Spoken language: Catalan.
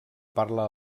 parla